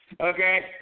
Okay